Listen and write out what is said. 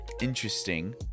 interesting